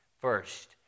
first